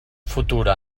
futura